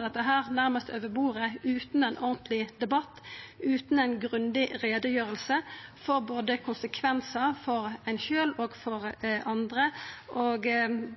dette nærmast over bordet, utan ein ordentleg debatt, utan ei grundig utgreiing av konsekvensar både for ein sjølv og for andre.